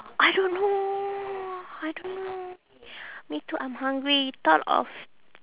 I don't know I don't know me too I'm hungry thought of